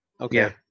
Okay